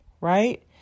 right